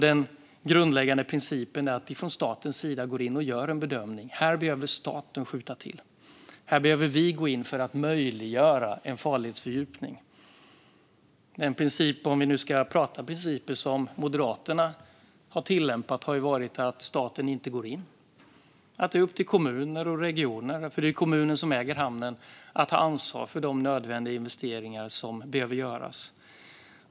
Den grundläggande principen är att vi från statens sida går in och gör en bedömning: Här behöver staten skjuta till. Här behöver vi gå in för att möjliggöra en farledsfördjupning. Den princip - om vi nu ska prata principer - som Moderaterna har tillämpat har varit att staten inte går in. I stället är det upp till kommuner och regioner - det är ju kommunen som äger hamnen - att ta ansvar för de investeringar som behöver göras.